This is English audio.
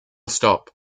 stop